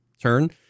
turn